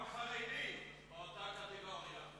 גם חרדים באותה קטגוריה.